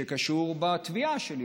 שקשור בתביעה שלי,